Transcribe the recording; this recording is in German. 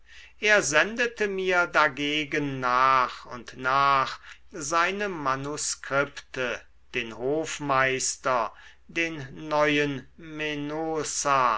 er sendete mir dagegen nach und nach seine manuskripte den hofmeister den neuen